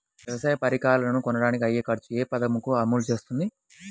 వ్యవసాయ పరికరాలను కొనడానికి అయ్యే ఖర్చు ఏ పదకము అమలు చేస్తుంది?